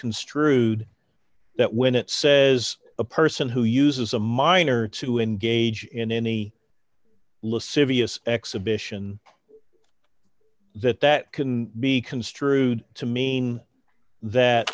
construed that when it says a person who uses a minor to engage in any lascivious exhibition that that can be construed to mean that